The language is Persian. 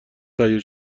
تهیه